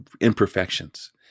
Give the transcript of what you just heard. imperfections